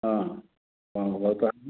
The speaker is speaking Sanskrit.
भवतां